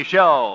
Show